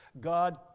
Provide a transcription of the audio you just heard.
God